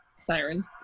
siren